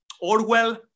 Orwell